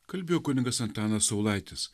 kalbėjo kunigas antanas saulaitis